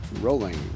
Rolling